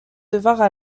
devinrent